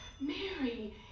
Mary